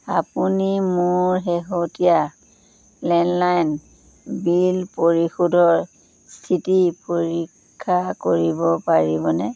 আপুনি মোৰ শেহতীয়া লেণ্ডলাইন বিল পৰিশোধৰ স্থিতি পৰীক্ষা কৰিব পাৰিবনে